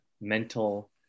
mental